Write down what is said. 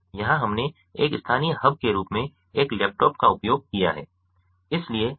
यहां हमने एक स्थानीय हब के रूप में एक लैपटॉप का उपयोग किया है